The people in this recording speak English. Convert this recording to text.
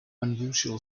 unusual